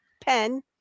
pen